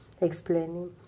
explaining